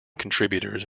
contributors